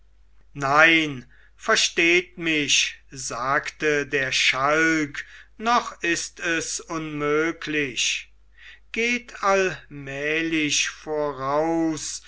nein versteht mich sagte der schalk noch ist es unmöglich geht allmählich voraus